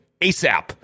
ASAP